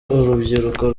urubyiruko